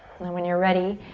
then when you're ready,